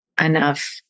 enough